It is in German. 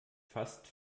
fast